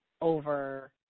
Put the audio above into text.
over